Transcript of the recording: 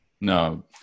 no